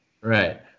Right